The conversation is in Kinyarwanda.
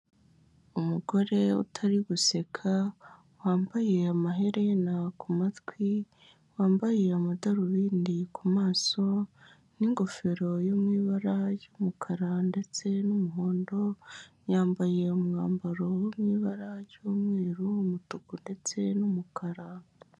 Umugore utari guseka wambaye amaherena ku matwi, wambaye amadarubindi ku maso n'ingofero yo mu ibara ry'umukara ndetse n'umuhondo, yambaye umwambaro wo mu ibara ry'umweru, umutuku ndetse n'umukara.